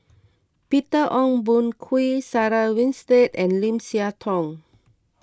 Peter Ong Boon Kwee Sarah Winstedt and Lim Siah Tong